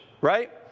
right